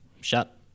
shut